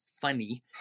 funny